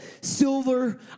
silver